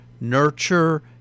nurture